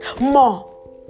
more